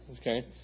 Okay